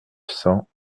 cent